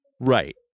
Right